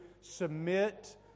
submit